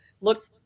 look